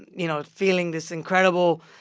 and you know, feeling this incredible,